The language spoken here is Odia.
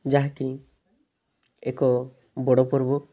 ଯାହାକି ଏକ ବଡ଼ ପର୍ବ